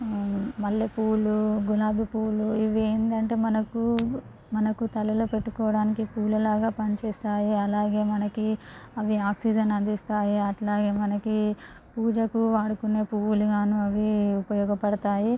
మల్లె పువ్వులు గులాబీ పువ్వులు ఇవేంటంటే మనకు మనకు తలలో పెట్టుకోడానికి పూలలాగా పని చేస్తాయి అలాగే మనకి అవి ఆక్సిజన్ అందిస్తాయి అట్లాగే మనకి పూజకు వాడుకొనే పువ్వులుగానూ అవి ఉపయోగపడతాయి